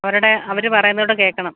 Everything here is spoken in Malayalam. അവരുടെ അവർ പറയുന്നത് കൂടെ കേൾക്കണം